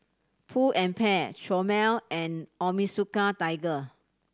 Pull and Bear Chomel and Onitsuka Tiger